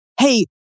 hey